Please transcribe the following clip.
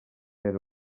era